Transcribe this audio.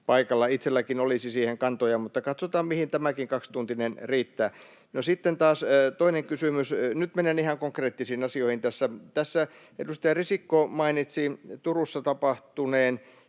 paikalla. Itsellänikin olisi siihen kantoja, mutta katsotaan, mihin tämäkin kaksituntinen riittää. Sitten taas toinen kysymys — nyt menen ihan konkreettisiin asioihin: Tässä edustaja Risikko mainitsi Turussa tapahtuneen